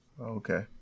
Okay